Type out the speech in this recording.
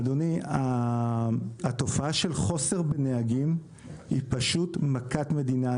התופעה של חוסר בנהגים היא פשוט מכת מדינה.